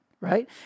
Right